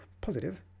positive